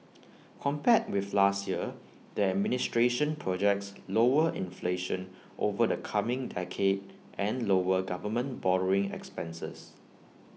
compared with last year the administration projects lower inflation over the coming decade and lower government borrowing expenses